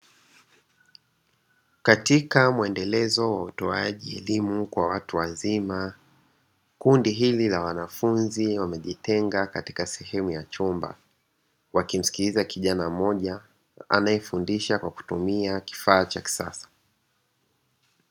Katika muendelezo wa utoaji wa elimu kwa watu wazima, kundi hili la wanafunzi wamejitenga katika sehemu ya chumba, wakimsikiliza kijana mmoja anayefundisha kwa kutumia kifaa cha kisasa.